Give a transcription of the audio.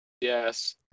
Yes